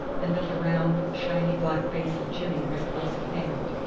and that the round, shiny black face of jimmy was close at hand.